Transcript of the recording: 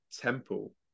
temple